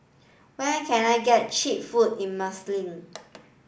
where can I get cheap food in Minsk